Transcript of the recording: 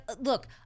look